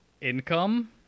income